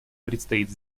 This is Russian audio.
предстоит